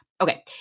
okay